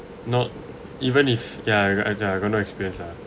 not even if yeah you are going to experience ah